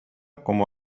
como